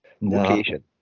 location